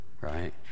Right